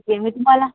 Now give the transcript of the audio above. ते मग मी तुम्हाला